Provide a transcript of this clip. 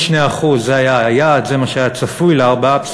מ-2%, שזה היה היעד, זה מה שהיה צפוי, ל-4.2%.